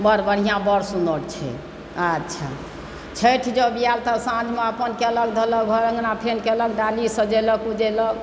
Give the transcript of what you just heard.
बड़ बढ़िआँ बड़ सुन्दर छै अच्छा छठि जब आएल तऽ साँझमे अपन कयलक धयलक घर अङ्गना फेर कयलक अपन डाली सजेलक उजेलक